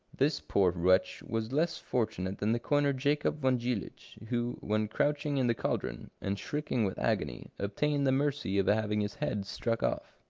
this poor wretch was less fortunate than the coiner jacob von jiilich, who, when crouching in the caldron, and shrieking with agony, obtained the mercy of having his head struck off.